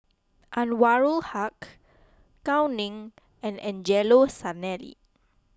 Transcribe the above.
Anwarul Haque Gao Ning and Angelo Sanelli